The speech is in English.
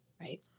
Right